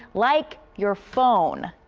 like your phone.